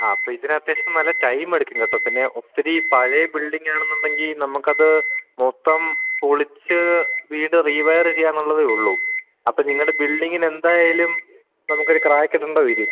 ആ അപ്പോള് ഇതിന് അത്യാവശ്യം നല്ല ടൈം എടുക്കും കേട്ടോ ഒത്തിരി പഴയ ബില്ഡിങ്ങ് ആണെന്നുണ്ടെങ്കില് നമുക്കത് മൊത്തം പൊളിച്ച് വീണ്ടും റീവയര് ചെയ്യാമെന്നതേയുള്ളൂ അപ്പോള് നിങ്ങളുടെ ബിൽഡിങിന് എന്തായാലും ഒരു നമുക്കൊരു ക്രാക്ക് ഇടേണ്ടിവരും